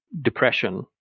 depression